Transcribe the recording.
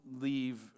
leave